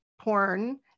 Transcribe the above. porn